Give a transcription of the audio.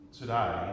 today